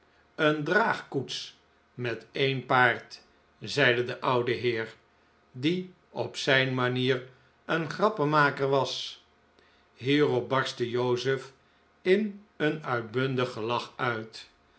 een draagkoets met een paard zeide de oude heer die op zijn manier een grappenmaker was hierop barstte joseph in een uitbundig gelach uit